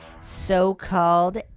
So-called